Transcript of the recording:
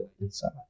inside